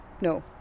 no